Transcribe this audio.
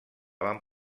van